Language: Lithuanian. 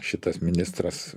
šitas ministras